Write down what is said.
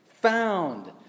found